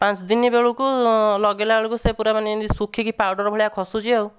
ପାଞ୍ଚଦିନ ବେଳକୁ ଲଗାଇଲା ବେଳକୁ ସେ ପୁରା ମାନେ ଯେମିତି ଶୁଖିକି ପାଉଡ଼ର ଭଳିଆ ଖସୁଛି ଆଉ